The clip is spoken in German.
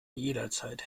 jederzeit